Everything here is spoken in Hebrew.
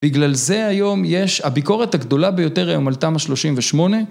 בגלל זה היום יש הביקורת הגדולה ביותר היום על תמ"א 38